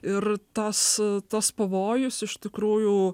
ir tas tas pavojus iš tikrųjų